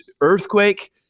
Earthquake